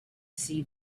see